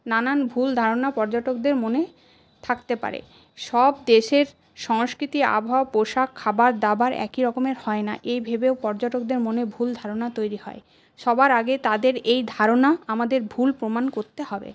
নানান ভুল ধারণা পর্যটকদের মনে থাকতে পারে সব দেশের সংস্কৃতি আবহাওয়া পোশাক খাবারদাবার একই রকমের হয় না এই ভেবেও পর্যটকদের মনে ভুল ধারণা তৈরি হয় সবার আগে তাদের এই ধারণা আমাদের ভুল প্রমাণ করতে হবে